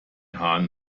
hahn